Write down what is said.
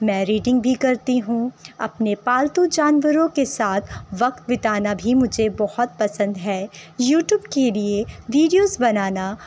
میں ریٹنگ بھی کرتی ہوں اپنے پالتو جانوروں کے ساتھ وقت بتانا بھی مجھے بہت پسند ہے یوٹیوب کے لیے ویڈیوز بنانا